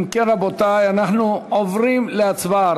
אם כן, רבותי, אנחנו עוברים להצבעה.